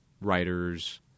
writers